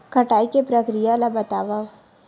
कटाई के प्रक्रिया ला बतावव?